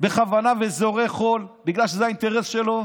בכוונה וזורה חול בגלל שזה האינטרס שלו,